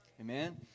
Amen